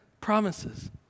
promises